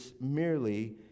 merely